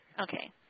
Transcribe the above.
Okay